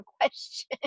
question